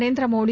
Narendra Modi